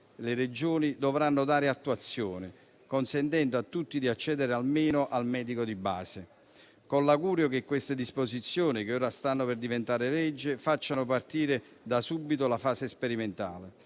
le Regioni dovranno dare attuazione, consentendo a tutti di accedere almeno al medico di base, con l'augurio che queste disposizioni, che ora stanno per diventare legge, facciano partire da subito la fase sperimentale.